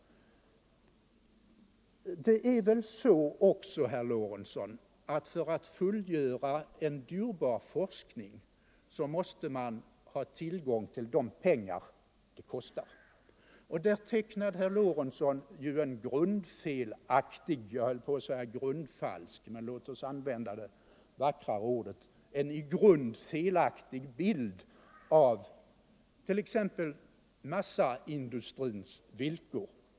Det är väl så, herr Lorentzon, att man för att kunna fullgöra en dyrbar forskning måste ha tillgång till de pengar sådan kostar. Där tecknar herr Lorentzon en, jag höll på att säga grundfalsk, men låt oss använda det vackrare uttrycket en i grunden felaktig, bild av t.ex. massaindustrins villkor.